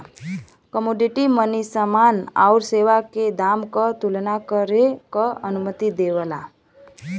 commodity money समान आउर सेवा के दाम क तुलना करे क अनुमति देवला